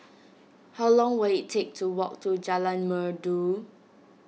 how long will it take to walk to Jalan Merdu